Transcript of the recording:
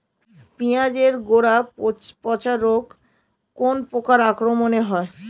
পিঁয়াজ এর গড়া পচা রোগ কোন পোকার আক্রমনে হয়?